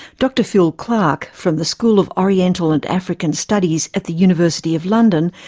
dr phil clark, from the school of oriental and african studies at the university of london,